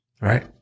right